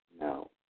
no